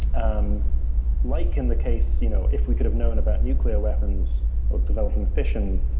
um like in the case, you know if we could have known about nuclear weapons or developing fission